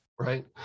right